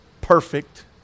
perfect